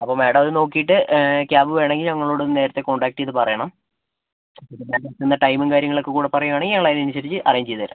അപ്പോൾ മാഡം അത് നോക്കിയിട്ട് ക്യാബ് വേണമെങ്കിൽ ഞങ്ങളോട് ഒന്ന് നേരത്തെ കോൺടാക്ട് ചെയ്ത് പറയണം പിന്നെ എത്തുന്ന ടൈമും കാര്യങ്ങളൊക്കെ കൂടെ പറയുവാണെങ്കിൽ ഞങ്ങൾ അതിനനുസരിച്ച് അറേഞ്ച് ചെയ്തുതരാം